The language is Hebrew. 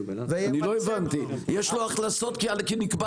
אני לא הבנתי יש לו הכנסות כי נקבע